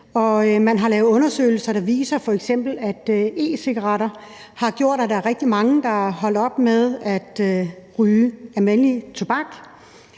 Man har lavet undersøgelser, der viser, at f.eks. e-cigaretter har gjort, at der er rigtig mange, der er holdt op med at ryge almindelig tobak.